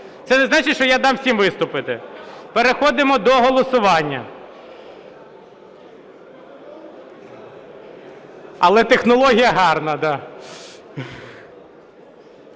Це не значить, що я дам всім виступити. Переходимо до голосування. Але технологія гарна, да.